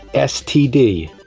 std.